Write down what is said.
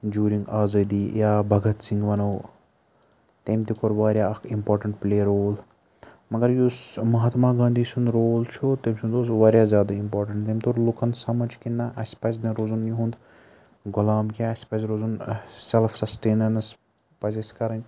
during آزٲدی یا بھگت سِنٛگھ وَنو تیٚمۍ تہِ کوٚر واریاہ اَکھ اِمپارٹیٚنٛٹ پٕلے رول مگر یُس مہاتما گانٛدھی سُنٛد رول چھُ تٔمۍ سُنٛد اوس واریاہ زیادٕ اِمپارٹیٚنٹ تیٚمۍ تور لوٗکَن سَمٕجھ کہِ نا اسہِ پَزِ نہٕ روزُن یِہُنٛد غلام کینٛہہ اسہِ پَزِ روزُن ٲں سیٚلٕف سَسٹینیٚنٕس پَزِ اسہِ کَرٕنۍ